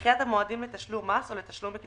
הצעת חוק דחיית מועד תשלום מסים